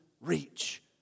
reach